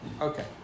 Okay